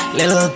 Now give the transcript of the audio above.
Little